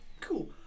Cool